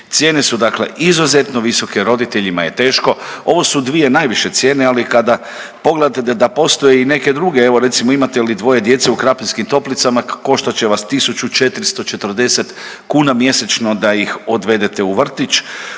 Cijene su dakle izuzetno visoke, roditeljima je teško, ovo su dvije najviše cijene, ali kada pogledate da postoji i neke druge, evo, recimo, imate li dvoje djece u Krapinskim Toplicama, koštat će vas 1440 kuna mjesečno da ih odvedete u vrtić,